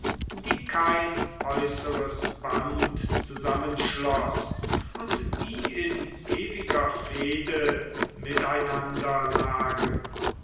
die kein äußeres band zusammenschloß und die in ewiger fehde miteinander lagen